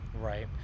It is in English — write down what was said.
Right